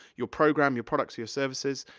your programme, your products, your services,